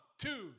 two